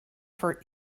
for